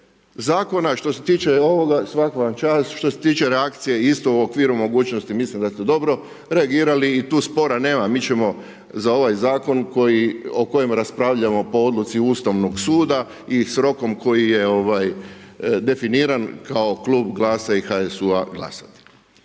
zakona, što se tiče ovoga, svaka vam čast. Što se tiče reakcije isto, u okviru mogućnosti mislim da ste dobro reagirali i tu spora nema. Mi ćemo za ovaj zakon o kojem raspravljamo po odluci Ustavnog suda i s rokom koji je definiran kao klub GLAS-a i HSU-a glasati.